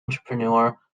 entrepreneur